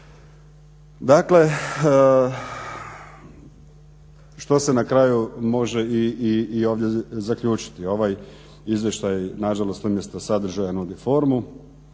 Dakle, što se na kraju može i ovdje zaključiti. Ovaj izvještaj nažalost umjesto sadržaja nudi formu